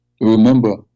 remember